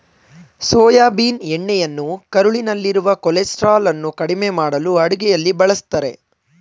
soybean ಎಣ್ಣೆಯನ್ನು ಕರುಳಿನಲ್ಲಿರುವ ಕೊಲೆಸ್ಟ್ರಾಲನ್ನು ಕಡಿಮೆ ಮಾಡಲು ಅಡುಗೆಯಲ್ಲಿ ಬಳ್ಸತ್ತರೆ